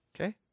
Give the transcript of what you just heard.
Okay